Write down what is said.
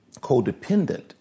codependent